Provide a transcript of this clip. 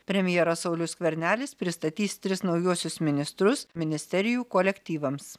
premjeras saulius skvernelis pristatys tris naujuosius ministrus ministerijų kolektyvams